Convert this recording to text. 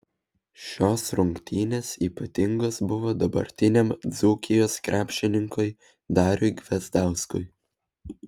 šios rungtynės ypatingos buvo dabartiniam dzūkijos krepšininkui dariui gvezdauskui